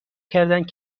کردند